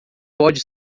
pode